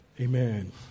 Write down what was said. Amen